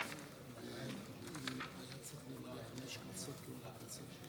"אני מתחייב לשמור אמונים למדינת ישראל ולמלא באמונה את שליחותי בכנסת".